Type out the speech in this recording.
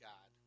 God